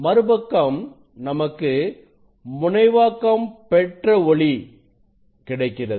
மறுபக்கம் நமக்கு முனைவாக்கம் பெற்ற ஒளி கிடைக்கிறது